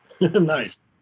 nice